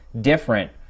different